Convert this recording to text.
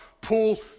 Paul